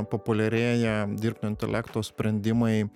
populiarėja dirbtinio intelekto sprendimai